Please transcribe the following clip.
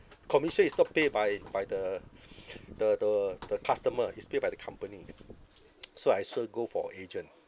commission is not pay by by the the the the customer is pay by the company so I sure go for agent